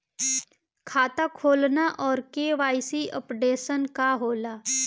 खाता खोलना और के.वाइ.सी अपडेशन का होला?